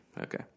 Okay